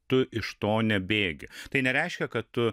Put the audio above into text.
tu iš to nebėgi tai nereiškia kad tu